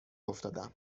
افتادم